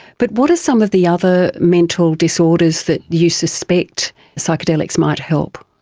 but what are some of the other mental disorders that you suspect psychedelics might help?